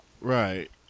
Right